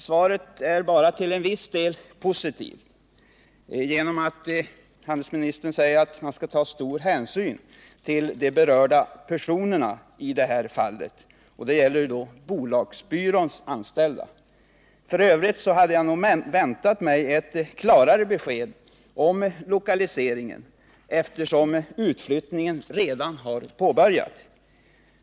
Svaret är bara till en viss del positivt, nämligen genom att handelsministern säger att man skall ta stor hänsyn till de berörda personerna i detta fall, och det gäller då bolagsbyråns anställda. För övrigt hade jag väntat mig ett klarare besked om lokaliseringarna, eftersom utflyttningen redan har påbörjat.